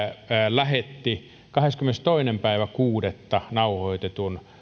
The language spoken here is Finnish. lähetti kahdeskymmenestoinen kuudetta nauhoitetun